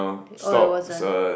oh it wasn't